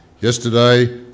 Yesterday